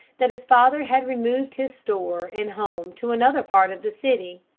that his father had removed his store and home to another part of the city,